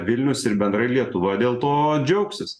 vilnius ir bendrai lietuva dėl to džiaugsis